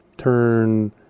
Turn